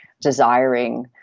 desiring